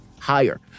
higher